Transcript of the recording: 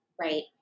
right